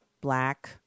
black